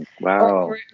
Wow